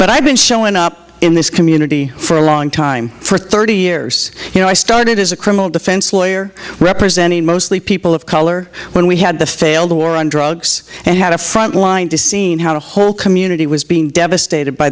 but i've been showing up in this community for a long time for thirty years you know i started as a criminal defense lawyer representing mostly people of color when we had the failed war on drugs and had a front line to seeing how the whole community was being devastated by